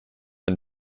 and